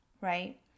right